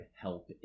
help